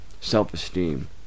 self-esteem